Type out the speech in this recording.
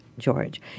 George